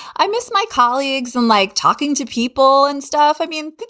i miss my colleagues and like talking to people and stuff i mean,